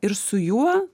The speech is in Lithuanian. ir su juo